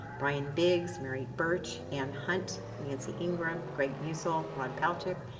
bryan biggs, mary birch, anne hunt, nancy ingram, greg musil, ron palcic,